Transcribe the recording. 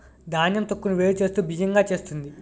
ధాన్యం తొక్కును వేరు చేస్తూ బియ్యం గా చేస్తుంది